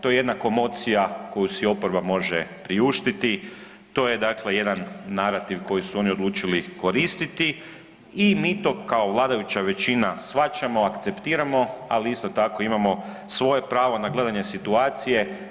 To je jedna komocija koju si oporba može priuštiti, to je jedan narativ koji su oni odlučili koristiti i mi to kao vladajuća većina shvaćamo, akceptiramo, ali isto tako imamo svoje pravo na gledanje situacije.